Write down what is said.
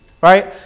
right